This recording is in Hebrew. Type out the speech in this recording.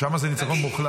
הייתי שם, הייתי במטולה.